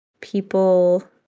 people